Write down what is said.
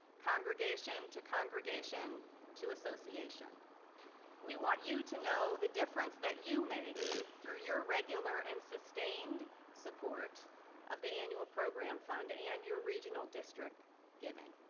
congregation to congregation to association we want you to know the difference that you make through your regular and sustained support of the and program fund and regional district giving.